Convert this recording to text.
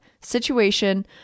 situation